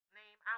name